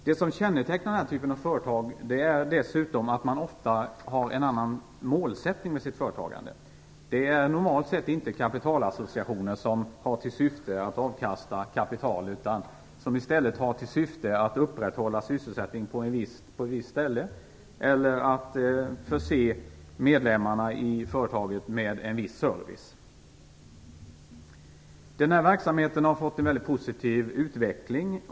Det som kännetecknar den här typen av företag är dessutom att man ofta har en annan målsättning med sitt företagande. Det är normalt sett inte kapitalassociationer som har till syfte att ge avkastning på kapital, utan de har i stället till syfte att upprätthålla sysselsättningen på en viss ort eller att förse medlemmarna i företaget med en viss service. Den här verksamheten har fått en väldigt positiv utveckling.